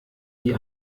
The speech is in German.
die